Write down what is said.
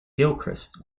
gilchrist